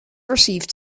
received